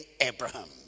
Abraham